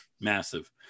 massive